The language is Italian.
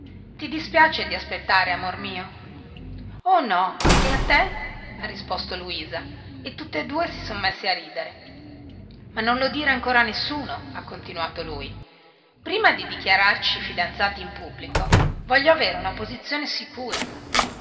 ti dispiace di aspettare amor mio oh no e a te ha risposto luisa e tutt'e due si son messi a ridere ma non lo dire ancora a nessuno ha continuato lui prima di dichiararci fidanzati in pubblico voglio avere una posizione sicura